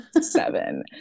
seven